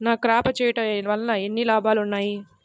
ఈ క్రాప చేయుట వల్ల ఎన్ని లాభాలు ఉన్నాయి?